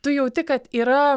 tu jauti kad yra